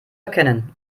erkennen